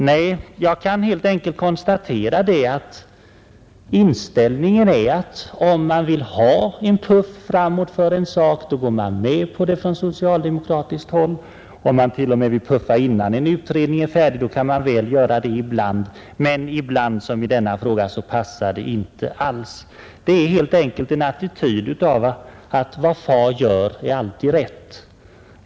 Nej, jag kan helt enkelt konstatera att inställningen är att om man vill ha en puff framåt för en sak går man från socialdemokratiskt håll med på det, om man t.o.m. vill puffa innan en utredning är färdig kan man göra det ibland, men ibland — som i denna fråga — passar det inte alls. Det är en attityd av ”vad far gör är alltid rätt”.